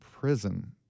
prison